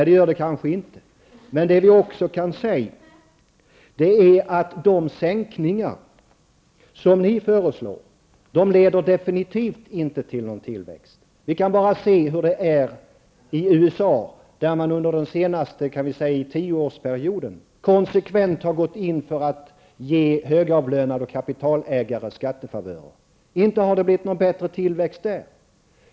Det gör det kanske inte, men den sänkning av skattetrycket som ni föreslår leder definitivt inte till någon tillväxt. Vi kan bara ta del av situationen i USA där man under den senaste tioårsperioden konsekvent har gått in för att ge högavlönade och kapitalägare skattefavörer. Inte har tillväxten ökat där.